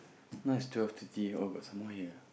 now is twelve thirty oh got some more here